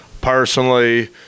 personally